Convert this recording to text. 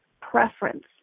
preference